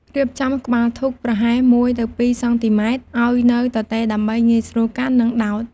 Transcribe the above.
រៀបចំក្បាលធូបប្រហែល ១ ទៅ ២ សង់ទីម៉ែត្រឱ្យនៅទទេ ដើម្បីងាយស្រួលកាន់ និងដោត។